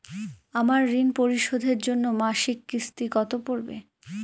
আমার ঋণ পরিশোধের জন্য মাসিক কিস্তি কত পড়বে?